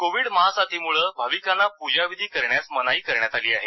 Covid महासाथीमुळं भाविकांना पूजाविधी करण्यास मनाई करण्यात आली आहे